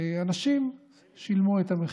אנשים שילמו את המחיר.